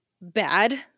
bad